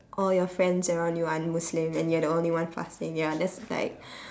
all you friends around you aren't muslim and you're the only one fasting ya that's like